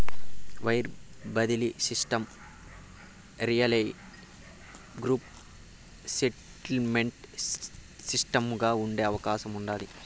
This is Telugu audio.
వైర్ బడిలీ సిస్టమ్ల రియల్టైము గ్రూప్ సెటిల్మెంటు సిస్టముగా ఉండే అవకాశం ఉండాది